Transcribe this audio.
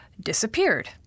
disappeared